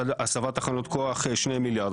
הסבת תחנות כוח, 2 מיליארד.